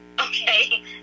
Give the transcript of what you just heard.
okay